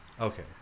Okay